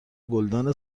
گلدان